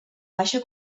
baixa